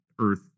Earth